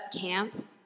camp